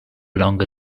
longer